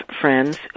friends